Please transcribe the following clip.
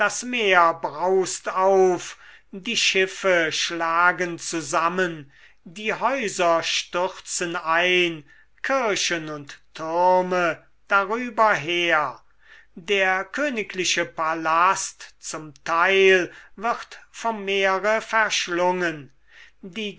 meer braust auf die schiffe schlagen zusammen die häuser stürzen ein kirchen und türme darüber her der königliche palast zum teil wird vom meere verschlungen die